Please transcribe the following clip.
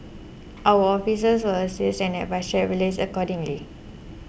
our officers will assist and advise travellers accordingly